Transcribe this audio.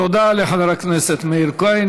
תודה לחבר הכנסת מאיר כהן.